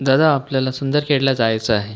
दादा आपल्याला सुंदरखेडला जायचं आहे